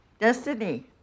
Destiny